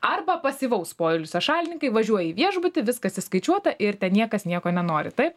arba pasyvaus poilsio šalininkai važiuoja į viešbutį viskas įskaičiuota ir ten niekas nieko nenori taip